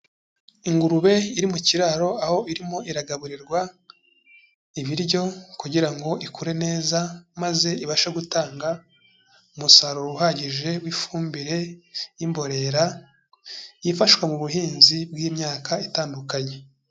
Ingurube iri mu kiraro aho irimo iragaburirwa ibiryo kugira ngo ikure neza, maze ibashe gutanga umusaruro uhagije w'ifumbire y'imborera yifashishwa mu buhinzi bw'imyaka itandukanye.